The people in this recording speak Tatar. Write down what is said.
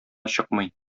чыкмый